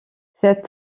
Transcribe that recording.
cet